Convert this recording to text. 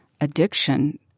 addiction